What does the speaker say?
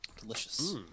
Delicious